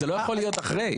זה לא יכול להיות אחרי.